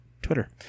Twitter